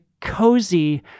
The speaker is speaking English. cozy